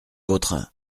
vautrin